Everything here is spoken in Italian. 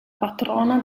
patrona